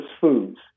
foods